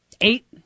Eight